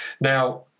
Now